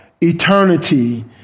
eternity